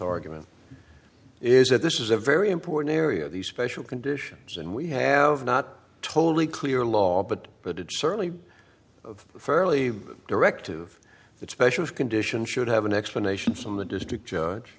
argument is that this is a very important area of these special conditions and we have not totally clear law but but it's certainly of fairly directive that special condition should have an explanation from the district judge